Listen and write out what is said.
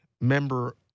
member